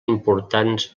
importants